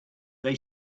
they